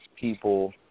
people